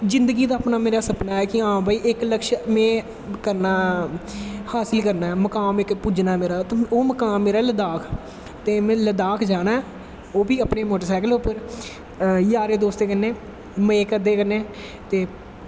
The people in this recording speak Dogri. जिन्दगी दा अपना मेरा सपना ऐ कि हां भाई इक लक्ष्य में करना हासिल करना ऐ मुकाम इक पुज्जना ते ओह् मुकाम लद्दाख ते में लद्दाख जाना ऐ ओह् बी अपनें मोटर सैकल पर जारें दोस्तें कन्नै मज़े करदे कन्नै ते